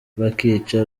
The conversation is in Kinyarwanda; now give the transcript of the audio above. bakica